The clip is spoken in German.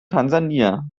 tansania